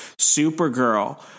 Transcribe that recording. Supergirl